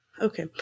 Okay